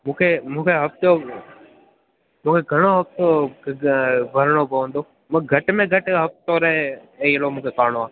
मूंखे मूंखे हफ़्तो घणो हफ़्तो भरिणो पवंदो मां घटि में घटि हफ़्तो रहे अहिड़ो मूंखे करिणो आहे